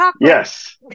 yes